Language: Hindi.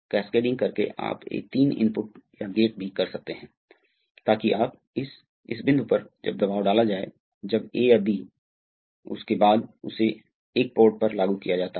तो ये प्रवाह हैं आप समझते हैं इसी तरह अतः आप देखते हैं कि यदि विशिष्ट मामला है तो यह विस्तार स्ट्रोक के दौरान मामला है अतः वास्तव में आप देखते हैं कि हालांकि प्रवाह दर K × V आमतौर पर K 1 है